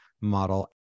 model